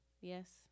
Yes